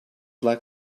like